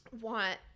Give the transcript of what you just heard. want